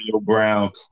Brown